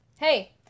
Hey